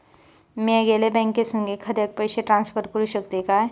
म्या येगल्या बँकेसून एखाद्याक पयशे ट्रान्सफर करू शकतय काय?